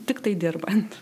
tiktai dirbant